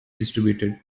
distributed